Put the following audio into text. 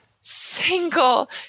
single